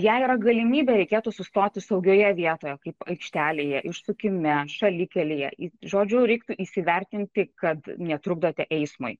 jei yra galimybė reikėtų sustoti saugioje vietoje kaip aikštelėje išsukime šalikelėje žodžiu reiktų įsivertinti kad netrukdote eismui